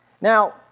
Now